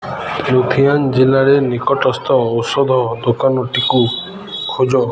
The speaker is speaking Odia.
ଲୁଧିଆନା ଜିଲ୍ଲାରେ ନିକଟସ୍ଥ ଔଷଧ ଦୋକାନଟିକୁ ଖୋଜ